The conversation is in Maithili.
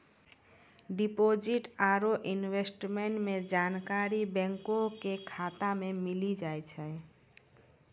डिपॉजिट आरू इन्वेस्टमेंट के जानकारी बैंको के शाखा मे मिली जाय छै